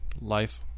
life